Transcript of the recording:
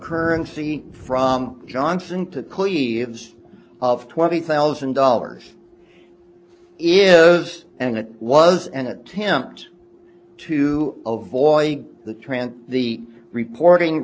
currency from johnson to cleves of twenty thousand dollars if and it was an attempt to avoid the trans the reporting